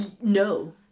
No